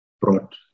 brought